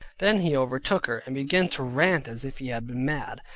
then he overtook her, and began to rant as if he had been mad,